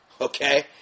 Okay